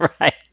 Right